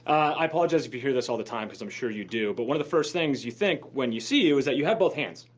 i apologize if you hear this all the time because i'm sure you do but one of the first things you think when you see you is that you have both hands,